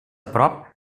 prop